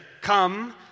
come